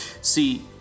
See